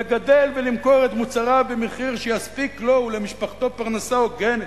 לגדל ולמכור את מוצריו במחיר שיספק לו ולמשפחתו פרנסה הוגנת,